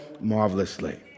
marvelously